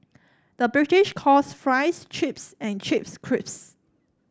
the British calls fries chips and chips crisps